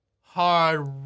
hard